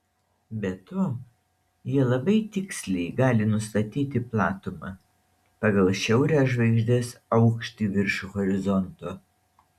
be to jie labai tiksliai gali nustatyti platumą pagal šiaurės žvaigždės aukštį virš horizonto